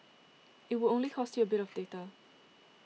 it would only cost you a bit of data